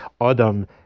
Adam